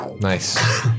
Nice